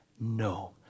no